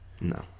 No